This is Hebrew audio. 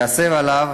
ייאסר עליו